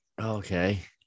Okay